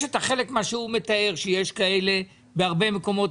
יש את החלק שהוא מתאר; שיש כאלה בהרבה מקומות,